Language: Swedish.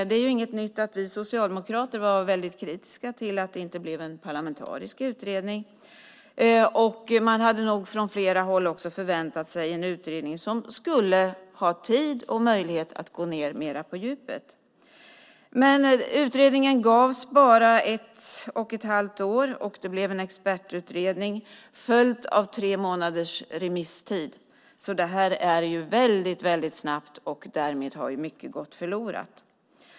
Det är inget nytt att vi socialdemokrater var väldigt kritiska till att det inte blev en parlamentarisk utredning, och man hade nog också från fler håll förväntat sig en utredning som skulle ha tid och möjlighet att gå mer på djupet. Men det blev en expertutredning som gavs bara ett och ett halvt år, följt av tre månaders remisstid. Det är väldigt snabbt, och därmed har mycket gått förlorat.